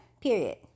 Period